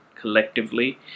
collectively